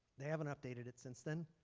they haven't updated since then,